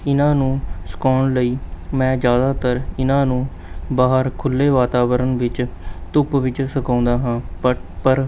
ਇਹਨਾਂ ਨੂੰ ਸੁਕਾਉਣ ਲਈ ਮੈਂ ਜ਼ਿਆਦਾਤਰ ਇਹਨਾਂ ਨੂੰ ਬਾਹਰ ਖੁੱਲ੍ਹੇ ਵਾਤਾਵਰਨ ਵਿੱਚ ਧੁੱਪ ਵਿੱਚ ਸੁਕਾਉਂਦਾ ਹਾਂ ਬਟ ਪਰ